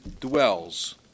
dwells